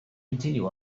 continue